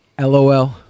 LOL